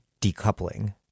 decoupling